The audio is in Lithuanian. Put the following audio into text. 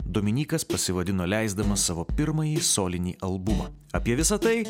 dominykas pasivadino leisdamas savo pirmąjį solinį albumą apie visa tai